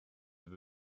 have